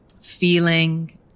feeling